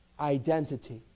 identity